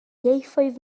ieithoedd